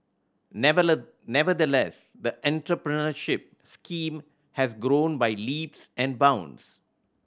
never nevertheless the entrepreneurship scheme has grown by leaps and bounds